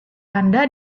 anda